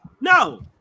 No